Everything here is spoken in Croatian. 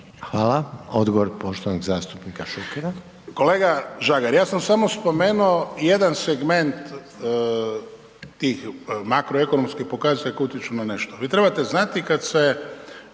Hvala. Odgovor, poštovanog zastupnika Ante